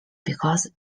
because